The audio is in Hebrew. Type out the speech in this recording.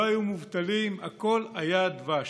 לא היו מובטלים, הכול היה דבש.